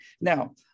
Now